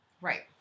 Right